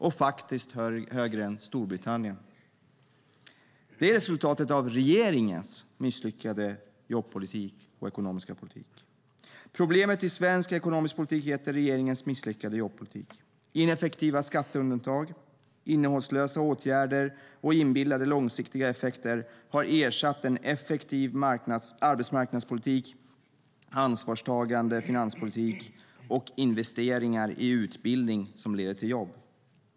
Och den är faktiskt högre än i Storbritannien. Det är resultatet av regeringens misslyckade jobbpolitik och ekonomiska politik. Problemet i svensk ekonomisk politik heter regeringens misslyckade jobbpolitik. Ineffektiva skatteundantag, innehållslösa åtgärder och inbillade långsiktiga effekter har ersatt en effektiv arbetsmarknadspolitik, ansvarstagande finanspolitik och investeringar i utbildning som leder till jobb.